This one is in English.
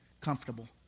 comfortable